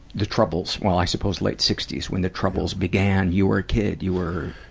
the troubles well, i suppose late sixty s when the troubles began, you were a kid, you were,